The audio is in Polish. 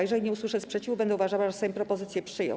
Jeżeli nie usłyszę sprzeciwu, będę uważała, że Sejm propozycję przyjął.